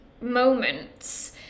moments